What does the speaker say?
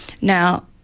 Now